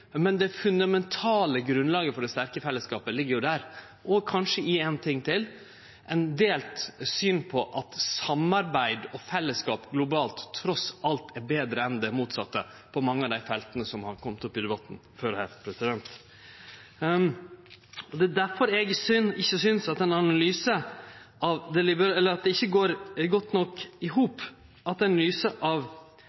men det fundamentale grunnlaget for den sterke fellesskapen ligg der, og kanskje i éin ting til: at ein deler synet på at samarbeid og fellesskap globalt trass i alt er betre enn det motsette på mange av dei felta som har kome opp i debatten før her. Det er difor eg ikkje synest at ein analyse av det liberale demokratiet som trua på den eine sida går godt nok i